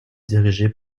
dirigées